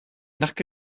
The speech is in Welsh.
nac